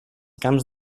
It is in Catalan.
camps